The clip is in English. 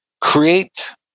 create